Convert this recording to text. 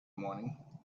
morning